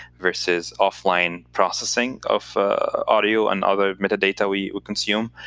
versus offline processing of audio and other metadata we consume.